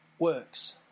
works